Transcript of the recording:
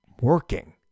working